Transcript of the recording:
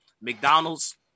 mcdonald's